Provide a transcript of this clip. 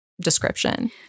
description